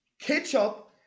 Ketchup